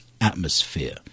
atmosphere